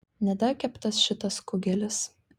nedakeptas šitas kugelis